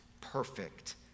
perfect